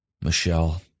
Michelle